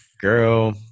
Girl